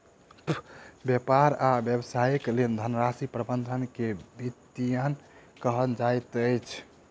व्यापार आ व्यवसायक लेल राशि प्रबंधन के वित्तीयन कहल जाइत अछि